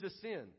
sin